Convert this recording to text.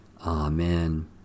Amen